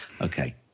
Okay